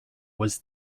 was